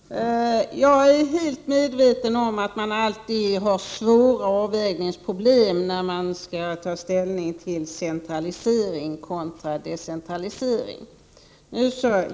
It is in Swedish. Herr talman! Jag är helt medveten om att man alltid har svåra avvägningsproblem när man skall ta ställning till centralisering kontra decentralisering.